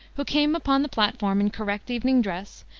who came upon the platform in correct evening dress,